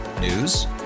News